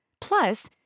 Plus